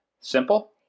Simple